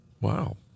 Wow